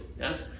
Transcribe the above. Yes